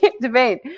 debate